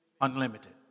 unlimited